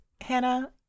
Hannah